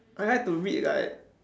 I had to read like